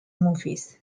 movies